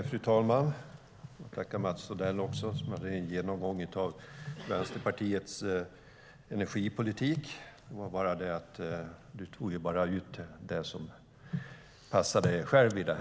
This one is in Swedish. Fru talman! Jag tackar Mats Odell för hans genomgång av Vänsterpartiets energipolitik. Men han tog bara upp det som passade honom själv.